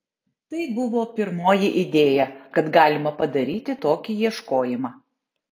tai buvo pirmoji idėja kad galima padaryti tokį ieškojimą